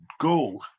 go